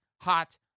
hot